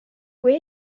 kui